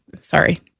Sorry